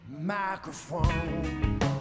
microphone